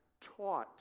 taught